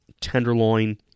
tenderloin